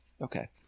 Okay